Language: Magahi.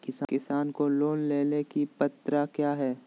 किसान को लोन लेने की पत्रा क्या है?